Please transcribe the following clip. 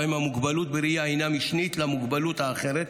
ובהם המוגבלות בראייה הינה משנית למוגבלות האחרת,